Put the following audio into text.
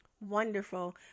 Wonderful